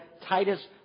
Titus